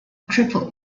triple